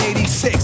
86